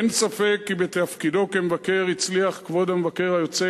אין ספק כי בתפקידו כמבקר הצליח כבוד המבקר היוצא